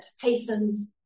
hastens